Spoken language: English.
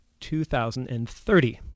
2030